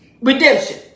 redemption